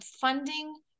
funding